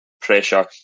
pressure